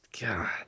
God